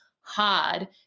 hard